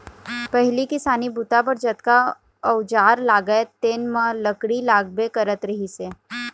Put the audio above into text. पहिली किसानी बूता बर जतका अउजार लागय तेन म लकड़ी लागबे करत रहिस हे